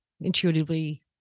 intuitively